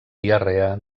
diarrea